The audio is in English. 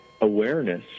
awareness